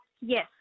Yes